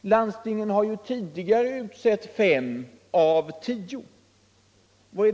Landstingen har tidigare utsett fem av tio ledamöter.